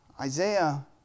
Isaiah